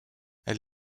elle